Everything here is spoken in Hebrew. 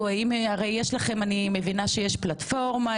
אני מבינה שיש פלטפורמה,